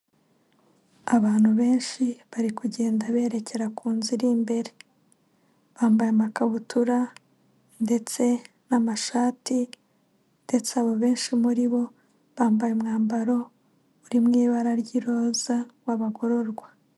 Abantu benshi, bari kugenda berekera ku nzu iri imbere. Bambaye amakabutura ndetse n'amashati ndetse abo benshi muri bo, bambaye umwambaro uri mu ibara ry'iroza w'abagororwa.